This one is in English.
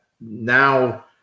now